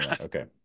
okay